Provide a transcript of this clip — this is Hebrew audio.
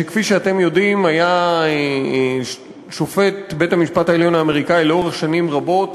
שכפי שאתם יודעים היה שופט בית-המשפט העליון האמריקני שנים רבות,